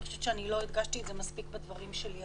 אני חושבת שלא הדגשתי את זה מספיק בדברים שלי.